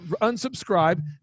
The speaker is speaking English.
unsubscribe